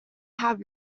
have